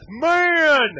man